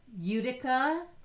Utica